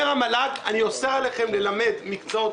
אומר המל"ג: אני אוסר עליכם ללמד מקצועות